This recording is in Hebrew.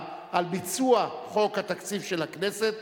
על ביצוע חוק התקציב של הכנסת,